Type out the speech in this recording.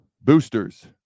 boosters